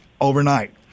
overnight